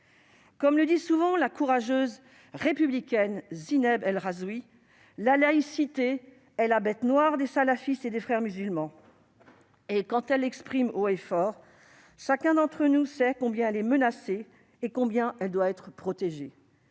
Comme le dit souvent la courageuse républicaine Zineb El Rhazoui, la laïcité est la bête noire des salafistes et des Frères musulmans. Quand Zineb El Rhazoui s'exprime haut et fort, chacun d'entre nous sait combien elle est menacée et combien elle doit être protégée.